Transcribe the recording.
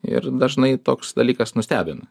ir dažnai toks dalykas nustebina